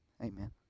amen